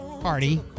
party